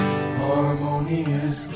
Harmonious